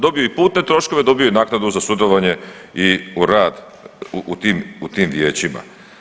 Dobiju i putne troškove, dobiju i naknadu za sudjelovanje i u rad u tim vijećima.